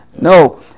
No